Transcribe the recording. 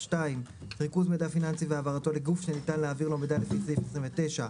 (2) ריכוז מידע פיננסי והעברתו לגוף שניתן להעביר לו מידע לפי סעיף 29,